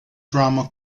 drama